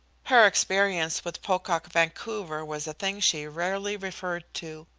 her experience with pocock vancouver was a thing she rarely referred to.